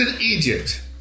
egypt